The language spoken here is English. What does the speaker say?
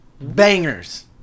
Bangers